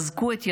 אזקו את ידיו,